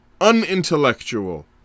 unintellectual